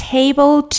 Table